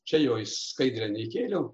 čia jo į skaidrę neįkėliau